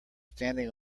standing